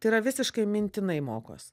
tai yra visiškai mintinai mokosi